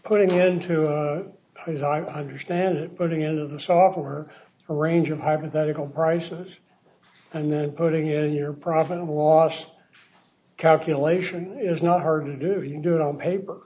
putting it into as i understand it putting into the software a range of hypothetical prices and then putting in your profit and loss calculation is not hard to do you can do it on paper